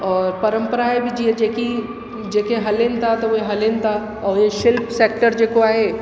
और परंपराए बि जीअं जेकी जेके हलनि था त उहे हलनि था उहे शिल्प सैक्टर जेको आहे